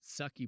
sucky